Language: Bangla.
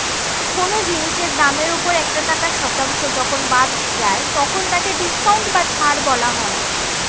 কোন জিনিসের দামের ওপর একটা টাকার শতাংশ যখন বাদ যায় তখন তাকে ডিসকাউন্ট বা ছাড় বলা হয়